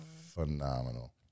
Phenomenal